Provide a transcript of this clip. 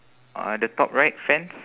uh the top right fence